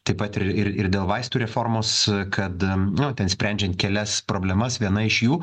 taip pat ir ir ir dėl vaistų reformos kad ten sprendžiant kelias problemas viena iš jų